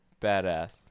badass